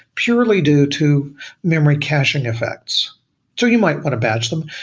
purely due to memory caching effects so you might want to batch them,